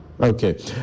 Okay